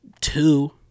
two